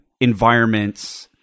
environments